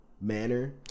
Manner